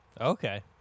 Okay